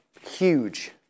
huge